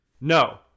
No